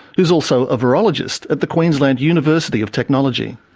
who's also a virologist at the queensland university of technology.